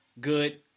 good